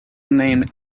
named